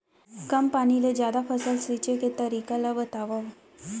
कम पानी ले जादा फसल सींचे के तरीका ला बतावव?